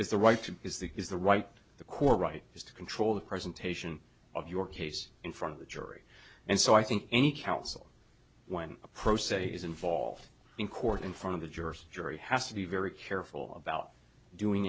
is the right to is the is the right the core right is to control the presentation of your case in front of the jury and so i think any counsel when a pro se is involved in court in front of the jurors jury has to be very careful about doing